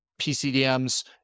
PCDMs